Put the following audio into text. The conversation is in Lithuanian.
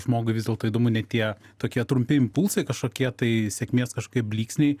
žmogui vis dėlto įdomu ne tie tokie trumpi impulsai kažkokie tai sėkmės kažkaip blyksniai